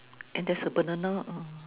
and there's a banana uh